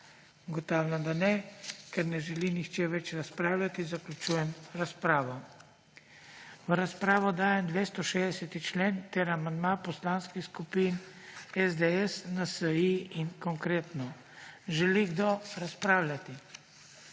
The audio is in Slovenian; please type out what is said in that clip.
Ugotavljam, da ne. Ker ne želi nihče več razpravljati zaključujem razpravo. V razpravo dajem 260. člen ter amandma poslanskih skupin SDS, NSi in Konkretno. Želi kdo razpravljati?